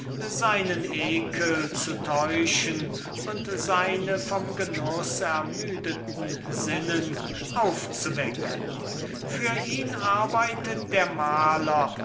seinen ekel zu täuschen und seine vom genuß ermüdeten sinnen aufzuwecken für ihn arbeitet der maler